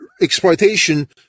exploitation